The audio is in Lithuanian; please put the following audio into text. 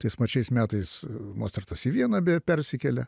tais pačiais metais mocartas į vieną beje persikėlė